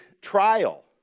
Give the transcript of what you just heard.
trial